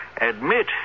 admit